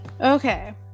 Okay